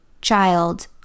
child